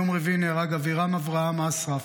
ביום רביעי נהרג אבירם אברהם אסרף,